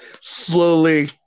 slowly